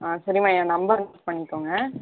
ஆ சரிம்மா ஏன் number note பண்ணிக்கோங்க